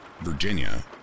Virginia